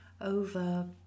over